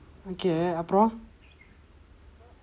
okay அப்புறம்:appuram